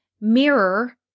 mirror